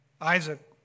Isaac